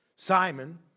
Simon